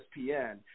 ESPN